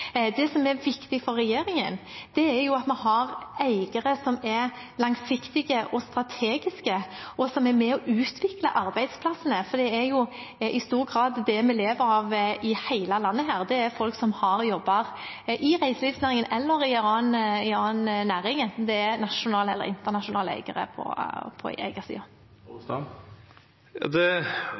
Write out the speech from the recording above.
Det som er viktig for regjeringen, er at vi har eiere som er langsiktige og strategiske, og som er med og utvikler arbeidsplassene. Det vi i stor grad lever av i hele landet, er folk som har jobb i reiselivsnæringen eller annen næring, enten det er nasjonale eller internasjonale eiere. Eg registrerer at ein er veldig positiv til utanlandsk eigarskap i reiselivsbedriftene. For Senterpartiet er det